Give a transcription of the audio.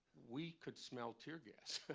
we could smell tear gas.